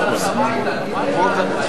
רוצים ללכת הביתה, מה קרה לך, דודו,